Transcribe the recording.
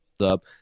up